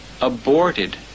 aborted